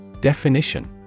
Definition